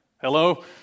Hello